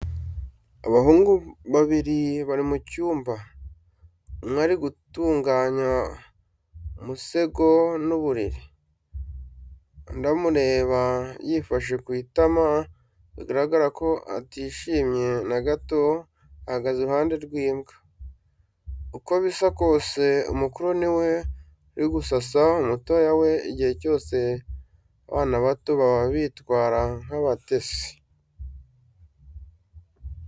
Abahungu babiri bari mu cyumba, umwe ari gutunganya umusego n’uburiri, undi amureba yifashe ku itama bigaragara ko atishimye na gato ahagaze iruhande rw'imbwa. Uko bisa kose umukuru niwe uri gusasa umutoya we igihe cyose abana bato baba bitwara nk'abatesi.